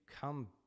come